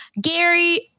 Gary